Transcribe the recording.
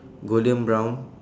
golden brown